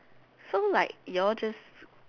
so like your just